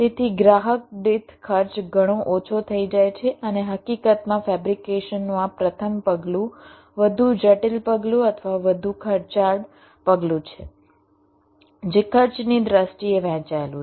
તેથી ગ્રાહક દીઠ ખર્ચ ઘણો ઓછો થઈ જાય છે અને હકીકતમાં ફેબ્રિકેશનનું આ પ્રથમ પગલું વધુ જટિલ પગલું અથવા વધુ ખર્ચાળ પગલું છે જે ખર્ચની દ્રષ્ટિએ વહેંચાયેલું છે